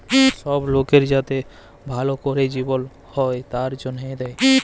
সব লকের যাতে ভাল ক্যরে জিবল হ্যয় তার জনহে দেয়